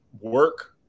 work